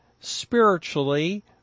spiritually